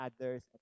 others